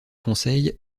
conseil